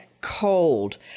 cold